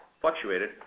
fluctuated